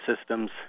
systems